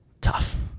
Tough